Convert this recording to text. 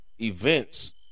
events